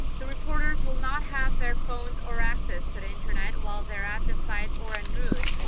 the reporters will not have their phones or access to the internet while they're at the site or en route.